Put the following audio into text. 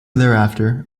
thereafter